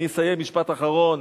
אני אסיים, משפט אחרון.